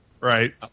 Right